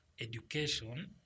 education